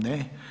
Ne.